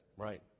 Right